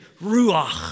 Ruach